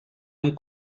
amb